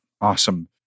Awesome